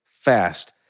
fast